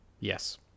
Yes